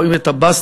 רואים את הבסטות,